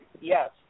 yes